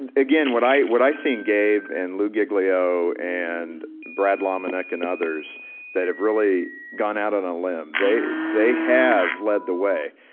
and again, what i what i see in gabe and lou giglio and brad lomenick and others that have really gone out on a limb, they they have led the way.